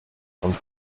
von